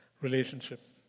relationship